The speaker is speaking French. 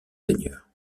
seigneurs